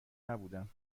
نبودم